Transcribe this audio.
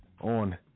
on